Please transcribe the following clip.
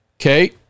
okay